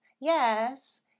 yes